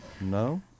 No